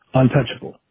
untouchable